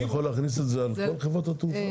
אני יכול להחיל את זה על כל חברות התעופה?